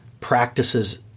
practices